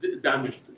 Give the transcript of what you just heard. damaged